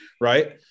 Right